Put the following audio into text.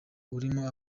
urimo